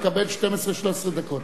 תקבל 12 13 דקות,